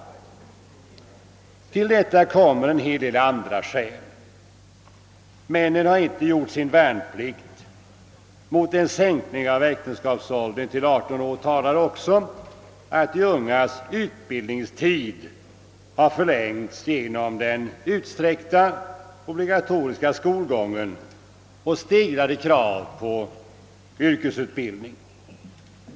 Härtill kommer en hel del andra skäl. Männen har t.ex. inte gjort sin värnplikt. Mot en sänkning av äktenskapsåldern talar också att de ungas utbildningstid har förlängts genom den utsträckta obligatoriska skolgången och stegrade krav på yrkesutbildning.